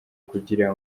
kugira